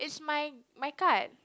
it's my my card